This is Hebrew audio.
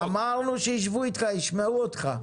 אמרנו שישבו איתך, ישמעו אותך.